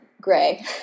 gray